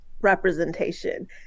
representation